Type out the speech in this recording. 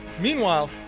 Meanwhile